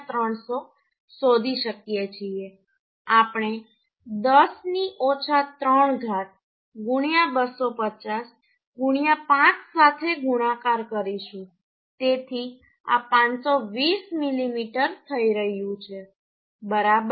25 300 શોધી શકીએ છીએ આપણે 10 ની ઓછા 3 ઘાત 250 5 સાથે ગુણાકાર કરીશું તેથી આ 520 મીમી થઈ રહ્યું છે બરાબર